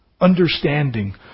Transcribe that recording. understanding